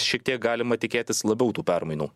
šiek tiek galima tikėtis labiau tų permainų